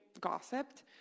gossiped